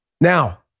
Now